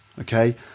okay